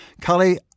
Kali